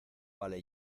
vale